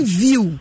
view